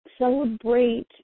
celebrate